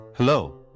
Hello